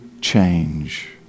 change